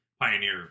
Pioneer